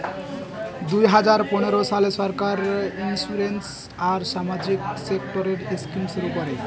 দুই হাজার পনেরো সালে সরকার ইন্সিওরেন্স আর সামাজিক সেক্টরের স্কিম শুরু করে